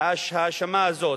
ההאשמה הזאת.